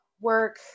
work